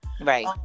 Right